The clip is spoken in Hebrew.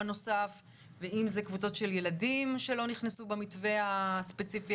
נוסף ואם אלה קבוצות של ילדים שלא נכנסו במתווה הספציפי